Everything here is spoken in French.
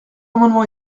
amendement